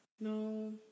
no